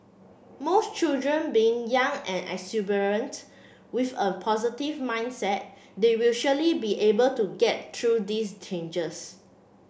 most children being young and exuberant with a positive mindset they will surely be able to get through these changes